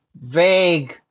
vague